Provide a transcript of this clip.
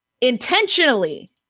intentionally